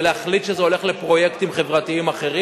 ולהחליט שזה הולך לפרויקטים חברתיים אחרים.